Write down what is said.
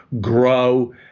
grow